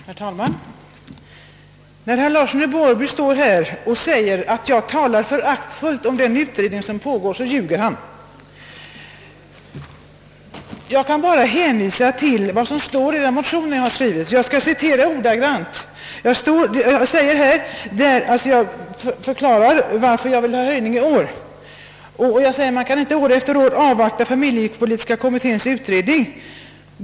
Herr talman! När herr Larsson i Borrby står här och säger att jag talar föraktfullt om den utredning som på går, så ljuger han medvetet eller omedvetet. Jag kan bara hänvisa till vad som står i den motion, där jag förklarar varför jag vill ha en höjning av barnbidraget i år. Jag citerar ordagrant: »Att år efter år avvakta familjepolitiska kommitténs utredning av statens ekonomiska stöd till barnfamiljerna kan heller inte accepteras.